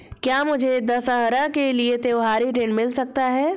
क्या मुझे दशहरा के लिए त्योहारी ऋण मिल सकता है?